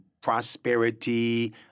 prosperity